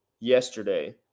yesterday